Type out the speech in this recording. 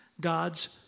God's